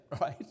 right